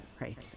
right